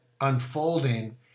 unfolding